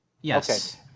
Yes